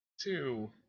two